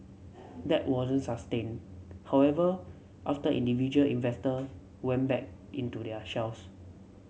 that wasn't sustained however after individual investors went back into their shells